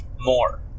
more